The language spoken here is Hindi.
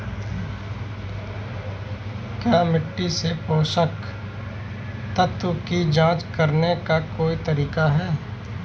क्या मिट्टी से पोषक तत्व की जांच करने का कोई तरीका है?